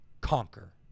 conquer